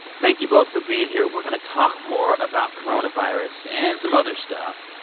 thank you both for being here. we're going to talk more about coronavirus and some other stuff.